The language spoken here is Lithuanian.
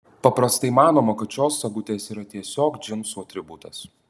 paprastai manoma kad šios sagutės yra tiesiog džinsų atributas